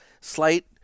slight